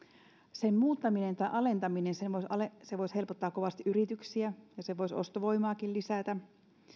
sen muuttaminen tai alentaminen voisi helpottaa kovasti yrityksiä ja voisi ostovoimaakin lisätä